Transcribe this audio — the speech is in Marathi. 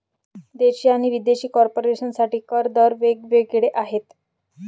देशी आणि विदेशी कॉर्पोरेशन साठी कर दर वेग वेगळे आहेत